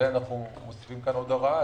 ואנחנו מוסיפים פה עוד הוראה,